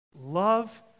love